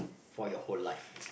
for your whole life